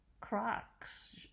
Crocs